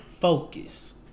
focus